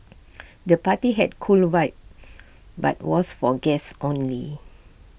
the party had A cool vibe but was for guests only